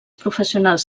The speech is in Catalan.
professionals